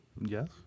yes